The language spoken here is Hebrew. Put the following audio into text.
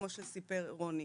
כמו שסיפר רוני.